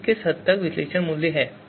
ये किस हद तक विश्लेषण मूल्य हैं